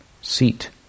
seat